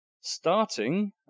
starting